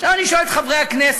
עכשיו, אני שואל את חברי הכנסת: